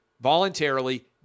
voluntarily